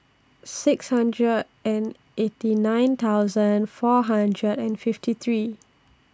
six hundred and eighty nine thousand four hundred and fifty three